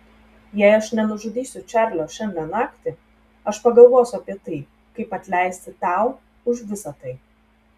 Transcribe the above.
jei aš nenužudysiu čarlio šiandien naktį aš pagalvosiu apie tai kaip atleisti tau už visą tai